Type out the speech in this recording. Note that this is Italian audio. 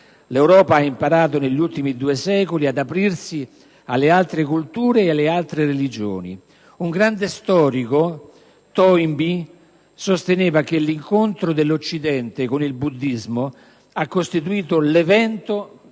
L'Europa ha imparato, negli ultimi due secoli, ad aprirsi alle altre culture e alle altre religioni. Il grande storico Toynbee sosteneva che l'incontro dell'Occidente con il buddismo avrebbe costituito «l'evento